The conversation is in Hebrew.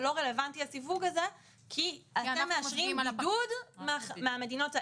לא רלוונטי הסיווג הזה כי אתם מאשרים בידוד מהמדינות האלה,